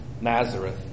Nazareth